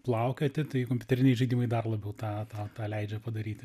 plaukioti tai kompiuteriniai žaidimai dar labiau tą tą tą leidžia padaryti